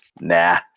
Nah